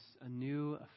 anew